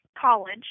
college